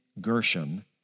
Gershom